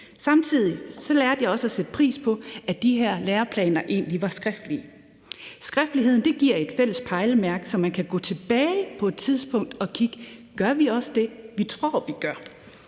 Samtidig lærte jeg også at sætte pris på, at de her læreplaner var skriftlige. Skriftlighed giver et fælles pejlemærke, så man kan gå tilbage på et tidspunkt og kigge på, om vi også gør det, vi tror vi gør.